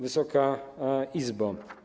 Wysoka Izbo!